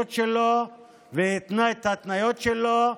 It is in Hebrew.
והתנה את ההתניות שלו,